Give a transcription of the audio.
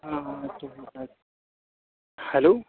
हाँ हाँ हेलो